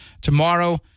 Tomorrow